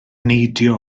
neidio